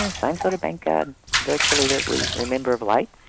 and same sort of bankcard virtually that we remember of late,